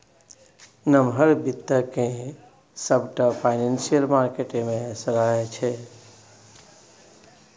नमहर बित्त केँ सबटा फाइनेंशियल मार्केट मे सराहै छै